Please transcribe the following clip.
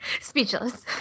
Speechless